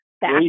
back